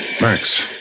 Max